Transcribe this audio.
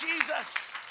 Jesus